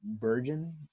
virgin